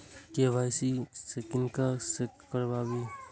KYC किनका से कराबी?